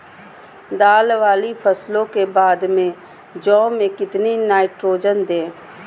दाल वाली फसलों के बाद में जौ में कितनी नाइट्रोजन दें?